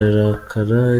ararakara